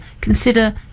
consider